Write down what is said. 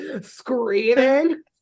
Screaming